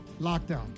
lockdown